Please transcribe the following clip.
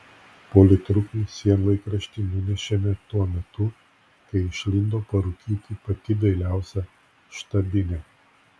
politrukui sienlaikraštį nunešėme tuo metu kai išlindo parūkyti pati dailiausia štabinė